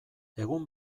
egun